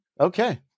okay